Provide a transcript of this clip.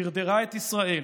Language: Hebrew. דרדרה את ישראל